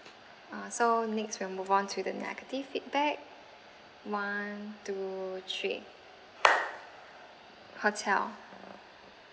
uh so next we'll move on to the negative feedback one two three hotel